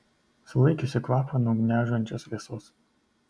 sulaikiusi kvapą nuo gniaužiančios vėsos